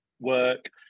work